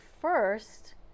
first